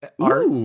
art